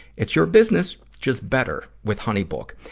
it's your business, just better, with honeybook.